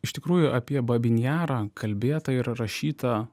iš tikrųjų apie babyn jarą kalbėta ir rašyta